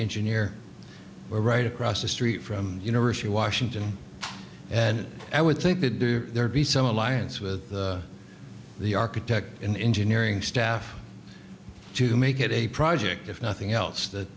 engineer right across the street from the university of washington and i would think that there'd be some alliance with the architect in engineering staff to make it a project if nothing else that